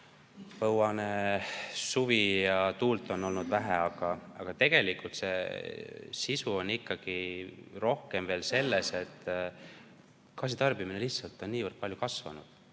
põuane suvi ja tuult on olnud vähe. Aga tegelikult on asi ikkagi rohkem selles, et gaasitarbimine lihtsalt on nii palju kasvanud,